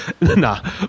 Nah